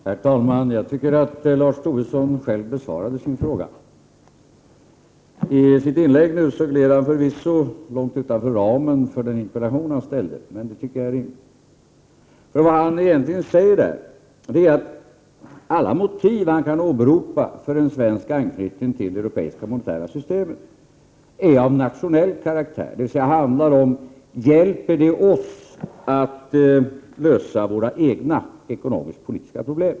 Herr talman! Jag tycker att Lars Tobisson själv besvarade sin fråga. I sitt inlägg gled han förvisso långt utanför ramen för den interpellation som han ställt, men det tycker jag är rimligt. Vad han egentligen säger är att alla motiv som han kan åberopa för en svensk anknytning till det europeiska monetära systemet är av nationell karaktär, dvs. hjälper det oss att lösa våra egna ekonomisk-politiska problem?